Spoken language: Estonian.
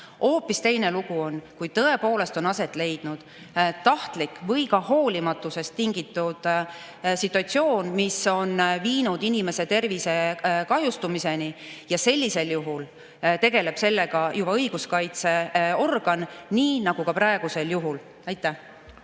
Hoopis teine lugu on, kui tõepoolest on olnud tahtlikkusest või ka hoolimatusest tingitud situatsioon, mis on viinud inimese tervise kahjustumiseni. Sellisel juhul tegeleb sellega juba õiguskaitseorgan, nii nagu ka praegusel juhul. Ants